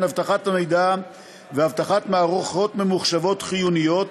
אבטחת מידע ואבטחת מערכות ממוחשבות חיוניות,